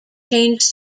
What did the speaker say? changed